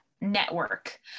network